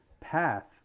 path